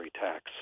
tax